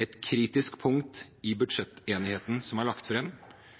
Et kritisk punkt i budsjettenigheten som er lagt